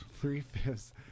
Three-fifths